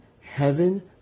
Heaven